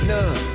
None